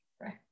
Right